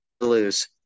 lose